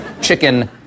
chicken